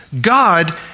God